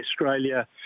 Australia